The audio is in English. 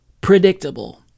predictable